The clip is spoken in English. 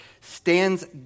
stands